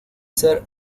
ser